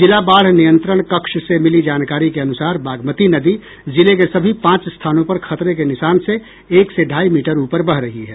जिला बाढ़ नियंत्रण कक्ष से मिली जानकारी के अनुसार बागमती नदी जिले के सभी पांच स्थानों पर खतरे के निशान से एक से ढाई मीटर ऊपर बह रही है